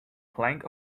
plank